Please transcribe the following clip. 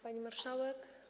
Pani Marszałek!